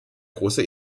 große